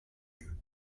you